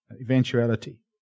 eventuality